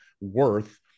worth